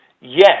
Yes